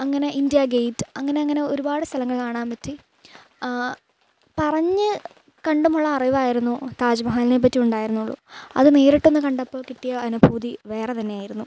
അങ്ങനെ India gate അങ്ങനെ അങ്ങനെ ഒരുപാട് സ്ഥലങ്ങൾ കാണാൻ പറ്റി പറഞ്ഞ് കണ്ടുമുള്ള അറിവാരുന്നു താജ്മഹലിനെ പറ്റി ഉണ്ടായിരുന്നുള്ളൂ അത് നേരിട്ടൊന്ന് കണ്ടപ്പോൾ കിട്ടിയ അനുഭൂതി വേറെ തന്നെ ആയിരുന്നു